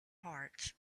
hearts